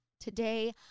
today